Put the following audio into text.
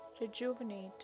rejuvenate